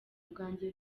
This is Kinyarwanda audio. bwanjye